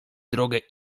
drogę